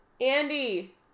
Andy